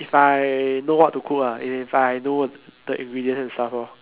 if I know what to cook ah if I know the ingredients and stuff lor